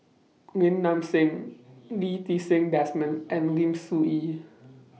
Lim Nang Seng Lee Ti Seng Desmond and Lim Soo Ngee